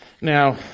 Now